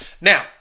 Now